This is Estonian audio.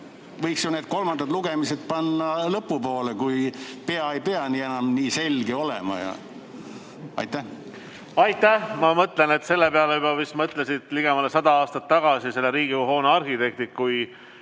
Võiks ju need kolmandad lugemised panna lõpu poole, kui pea ei pea enam nii selge olema. Aitäh! Ma mõtlen, et selle peale mõtlesid juba ligemale sada aastat tagasi selle Riigikogu hoone arhitektid. Üks